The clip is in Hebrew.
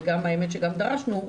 והאמת שגם דרשנו,